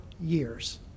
years